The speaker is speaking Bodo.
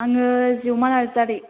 आङो जिउमा नारजारि